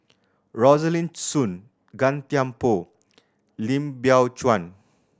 Rosaline Soon Gan Thiam Poh Lim Biow Chuan